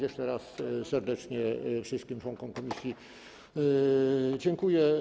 Jeszcze raz serdecznie wszystkim członkom komisji dziękuję.